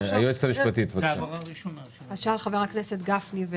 תשובה לשאלת חבר הכנסת גפני.